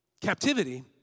captivity